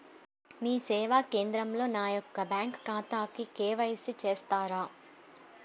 మీ సేవా కేంద్రంలో నా యొక్క బ్యాంకు ఖాతాకి కే.వై.సి చేస్తారా?